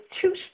two